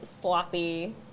sloppy